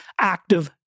active